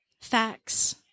facts